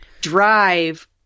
drive